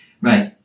Right